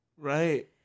Right